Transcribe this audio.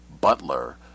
Butler